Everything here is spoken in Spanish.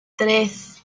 tres